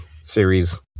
series